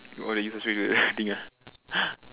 why you subscribe that thing ah